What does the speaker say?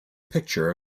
picture